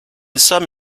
some